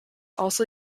also